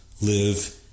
live